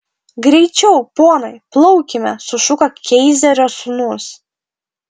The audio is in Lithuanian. greičiau ponai plaukime sušuko keizerio sūnus